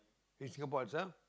in Singapore itself